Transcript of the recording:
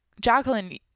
Jacqueline